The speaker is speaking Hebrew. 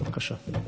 בבקשה.